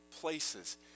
places